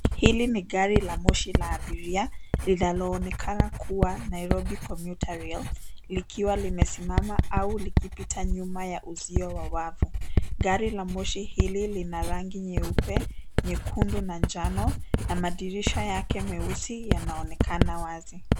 Hili ni gari la moshi la abiria linaloonekana kuwa Nairobi commuter rail likiwa limesimama au likipita nyuma ya uzio wa wavu. Gari la moshi hili lina rangi nyeupe, nyekundu na njano na madirisha yake meusi yanaonekana wazi.